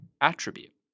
attribute